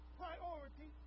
priority